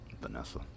Vanessa